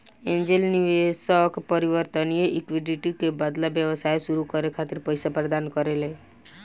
angel निवेशक परिवर्तनीय equity के बदला व्यवसाय सुरू करे खातिर पईसा प्रदान करेला